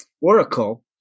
oracle